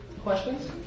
Questions